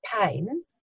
pain